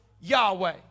Yahweh